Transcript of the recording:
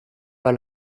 pas